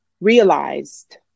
realized